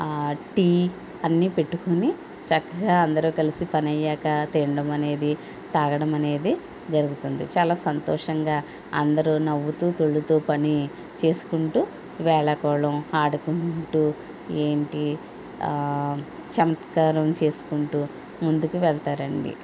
ఆ టీ అన్నీపెట్టుకుని చక్కగా అందరు కలిసి పని అయ్యాక తినడం అనేది తాగడమనేది జరుగుతుంది చాలా సంతోషంగా అందరూ నవ్వుతూ తుళ్ళుతూ పని చేసుకుంటూ వేళాకోళం ఆడుకుంటూ ఏంటి చమత్కారం చేసుకుంటూ ముందుకు వెళ్తారండి